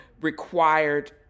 required